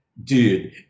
Dude